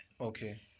Okay